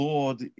Lord